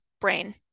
brain